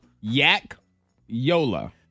Yak-Yola